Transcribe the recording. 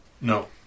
No